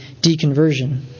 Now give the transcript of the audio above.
deconversion